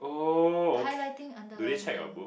highlighting underlining